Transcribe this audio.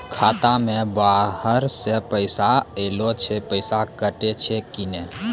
खाता मे बाहर से पैसा ऐलो से पैसा कटै छै कि नै?